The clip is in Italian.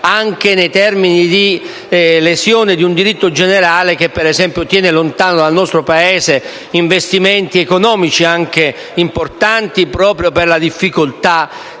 anche nei termini di lesione di un diritto generale che, ad esempio, tiene lontani dal nostro Paese investimenti economici importanti proprio per la difficoltà